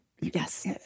Yes